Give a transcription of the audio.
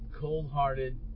cold-hearted